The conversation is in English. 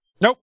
Nope